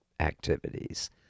activities